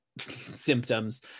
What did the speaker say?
symptoms